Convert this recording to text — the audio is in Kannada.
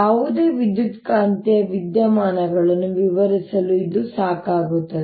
ಯಾವುದೇ ವಿದ್ಯುತ್ಕಾಂತೀಯ ವಿದ್ಯಮಾನಗಳನ್ನು ವಿವರಿಸಲು ಇದು ಸಾಕಾಗುತ್ತದೆ